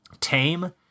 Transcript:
tame